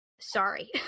Sorry